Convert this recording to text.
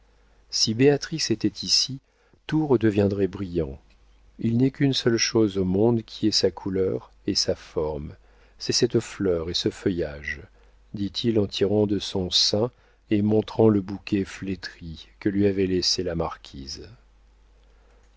si béatrix était ici tout redeviendrait brillant il n'est qu'une seule chose au monde qui ait sa couleur et sa forme c'est cette fleur et ce feuillage dit-il en tirant de son sein et montrant le bouquet flétri que lui avait laissé la marquise